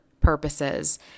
purposes